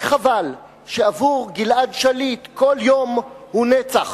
רק חבל שעבור גלעד שליט כל יום הוא נצח,